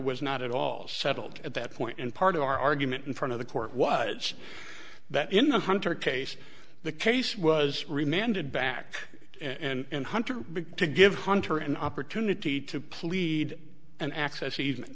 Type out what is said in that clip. was not at all settled at that point in part of our argument in front of the court was that in the hunter case the case was remanded back and hunter big to give hunter an opportunity to plead and access even